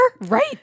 Right